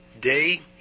day